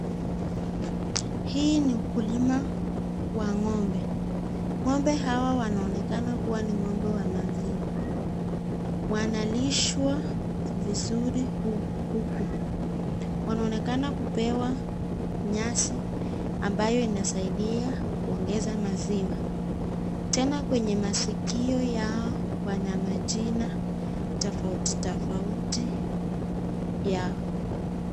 Hii ni ukulima wa ng'ombe. Ng'ombe hawa wanaonekana kuwa ni ng'ombe wa maziwa. Wanalishwa vizuri huku. Wanaonekana kupewa nyasi ambayo inasaidia kuongeza maziwa. Tena kwenye masikio yao wana majina tofauti tofauti yao.